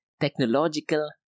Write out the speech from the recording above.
technological